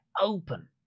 open